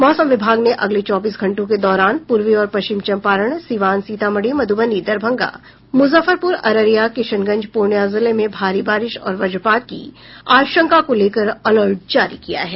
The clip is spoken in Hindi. मौसम विभाग ने अगले चौबीस घंटों के दौरान पूर्वी और पश्चिम चंपारण सिवान सीतामढ़ी मधुबनी दरभंगा मुजफ्फरपुर अररिया किशनगंज पूर्णिया जिले में भारी बारिश और वज्रपात की आशंका को लेकर अलर्ट जारी किया है